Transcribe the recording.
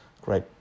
great